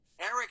Eric